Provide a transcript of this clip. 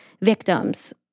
victims